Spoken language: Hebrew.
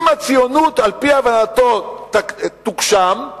אם הציונות על-פי הבנתו תוגשם,